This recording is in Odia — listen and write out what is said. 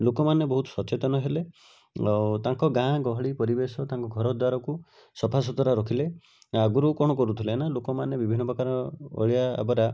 ଲୋକମାନେ ବହୁତ ସଚେତନ ହେଲେ ଆଉ ତାଙ୍କ ଗାଁ ଗହଳି ପରିବେଶ ତାଙ୍କ ଘରଦ୍ଵାରକୁ ସଫାସୁତୁରା ରଖିଲେ ଆଗରୁ କ'ଣ କରୁଥିଲେ ନା ଲୋକମାନେ ବିଭିନ୍ନ ପ୍ରକାର ଅଳିଆ ଆବେରା